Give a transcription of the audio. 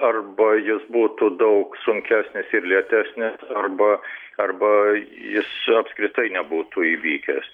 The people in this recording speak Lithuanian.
arba jis būtų daug sunkesnis ir lėtesnis arba arba jis apskritai nebūtų įvykęs